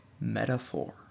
metaphor